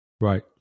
Right